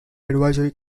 advisory